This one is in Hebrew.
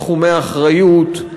תחומי אחריות,